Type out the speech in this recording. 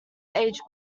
age